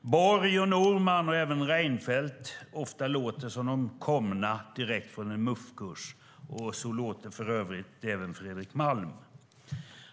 Borg, Norman och även Reinfeldt ofta låter som om de är komna direkt från en MUF-kurs, och så låter för övrigt även Fredrik Malm.